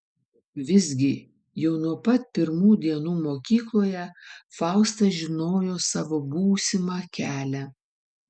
visgi jau nuo pat pirmų dienų mokykloje fausta žinojo savo būsimą kelią